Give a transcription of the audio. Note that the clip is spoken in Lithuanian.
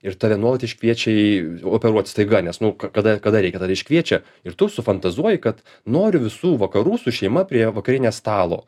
ir tave nuolat iškviečia į operuot staiga nes nu ką kada kada reikia tada ir iškviečia ir tu su fantazuoji kad noriu visų vakarų su šeima prie vakarienės stalo